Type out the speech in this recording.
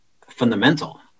fundamental